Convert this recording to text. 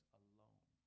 alone